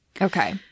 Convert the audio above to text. Okay